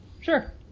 sure